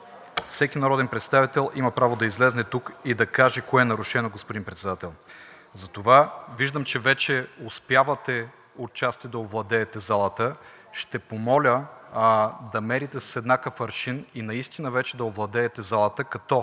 всеки народен представител има право да излезе тук и да каже кое е нарушено, господин Председател. Затова виждам, че вече успявате отчасти да овладеете залата. Ще помоля да мерите с еднакъв аршин и наистина вече да овладеете залата, като